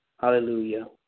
hallelujah